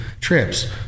trips